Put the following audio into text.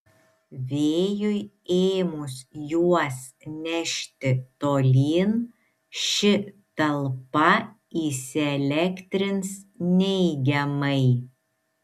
vėjui ėmus juos nešti tolyn ši talpa įsielektrins neigiamai